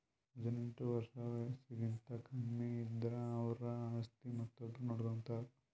ಹದಿನೆಂಟ್ ವರ್ಷ್ ವಯಸ್ಸ್ಕಿಂತ ಕಮ್ಮಿ ಇದ್ದುರ್ ಅವ್ರ ಆಸ್ತಿ ಮತ್ತೊಬ್ರು ನೋಡ್ಕೋತಾರ್